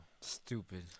stupid